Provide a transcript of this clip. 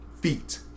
feet